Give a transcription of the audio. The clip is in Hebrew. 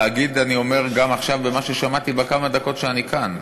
להגיד גם עכשיו, זה מה ששמעתי בכמה דקות שאני כאן,